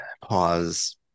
pause